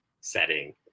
setting